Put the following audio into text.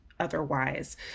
otherwise